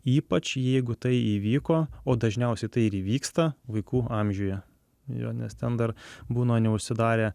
ypač jeigu tai įvyko o dažniausiai tai ir įvyksta vaikų amžiuje jo nes ten dar būna neužsidarę